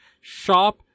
shop